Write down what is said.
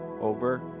over